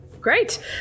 Great